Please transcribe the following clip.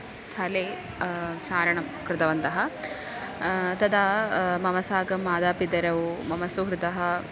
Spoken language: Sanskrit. स्थले चारणं कृतवन्तः तदा मम साकं मातापितरौ मम सुहृदः